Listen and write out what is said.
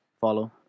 follow